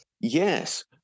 Yes